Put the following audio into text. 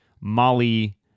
Molly